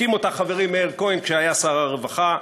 הקים אותה חברי מאיר כהן כשהיה שר הרווחה.